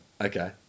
Okay